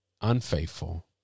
unfaithful